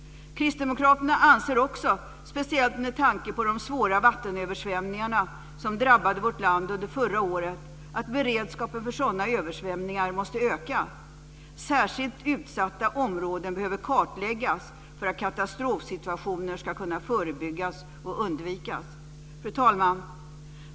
Kristdemokraterna anser också, speciellt med tanke på de svåra vattenöversvämningar som drabbade vårt land under förra året, att beredskapen för sådana översvämningar måste öka. Särskilt utsatta områden behöver kartläggas för att katastrofsituationer ska kunna förebyggas och undvikas. Fru talman!